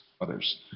others